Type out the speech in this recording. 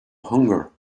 hunger